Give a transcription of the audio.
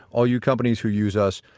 all you companies who use us,